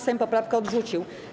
Sejm poprawkę odrzucił.